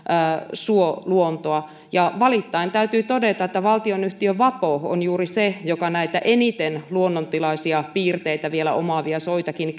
suoluontoa ja valittaen täytyy todeta että valtionyhtiö vapo on juuri se joka näitä vielä eniten luonnontilaisia piirteitä omaavia soitakin